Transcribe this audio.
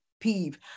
peeve